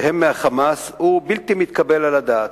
שהם מה"חמאס", הוא בלתי מתקבל על הדעת.